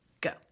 Go